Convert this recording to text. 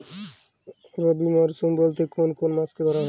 রবি মরশুম বলতে কোন কোন মাসকে ধরা হয়?